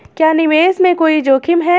क्या निवेश में कोई जोखिम है?